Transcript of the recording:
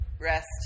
rest